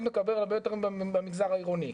מקבל הרבה יותר מתלמיד במגזר העירוני,